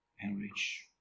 Enrich